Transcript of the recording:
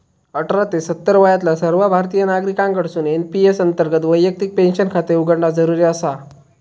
अठरा ते सत्तर वयातल्या सर्व भारतीय नागरिकांकडसून एन.पी.एस अंतर्गत वैयक्तिक पेन्शन खाते उघडणा जरुरी आसा